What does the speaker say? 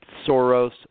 Soros